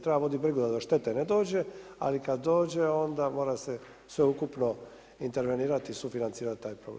Treba voditi brigu da do štete ne dođe, ali kada dođe onda mora se sve ukupno intervenirati i sufinancirati taj problem.